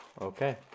Okay